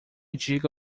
diga